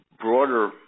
broader